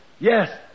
Yes